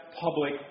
public